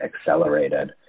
accelerated